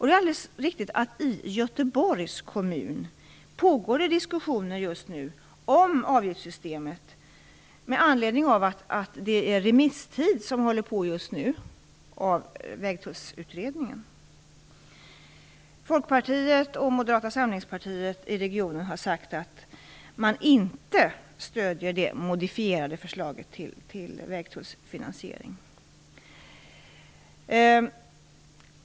Det är alldeles riktigt att det i Göteborgs kommun just nu pågår diskussioner om avgiftssystemet med anledning av att det är remisstid när det gäller Vägtullsutredningen. Folkpartiet och Moderata samlingspartiet i regionen har sagt att man inte stöder det modifierade förslaget till vägtullsfinasiering.